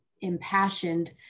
impassioned